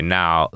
now